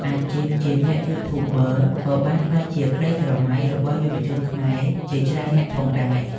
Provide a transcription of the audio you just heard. អាជីពជា Youtuber ក៏បានក្លាយជាក្តីស្រមៃរបស់យុវជនខ្មែរជាច្រើននាក់ផងដែរ។